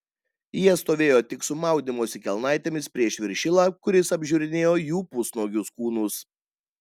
jie stovėjo tik su maudymosi kelnaitėmis prieš viršilą kuris apžiūrinėjo jų pusnuogius kūnus